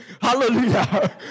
Hallelujah